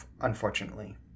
unfortunately